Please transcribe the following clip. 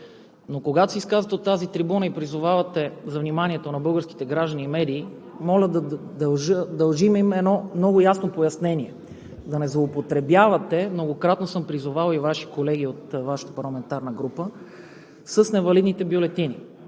Когато се изказвате от тази трибуна и призовавате за вниманието на българските граждани и медии, моля, дължим им едно много ясно пояснение: да не злоупотребявате, многократно съм призовавал и Ваши колеги от Вашата парламентарна група, с невалидните бюлетини